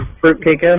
Fruitcake